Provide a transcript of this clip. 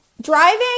driving